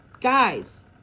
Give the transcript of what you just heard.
guys